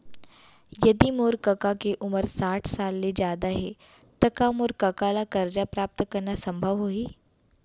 यदि मोर कका के उमर साठ साल ले जादा हे त का मोर कका ला कर्जा प्राप्त करना संभव होही